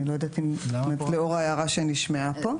אני לא יודעת אם לאור ההערה שנשמעה פה.